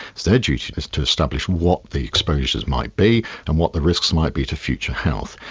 it's their duty just to establish what the exposures might be and what the risks might be to future health.